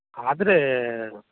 ಆದರೇ